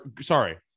sorry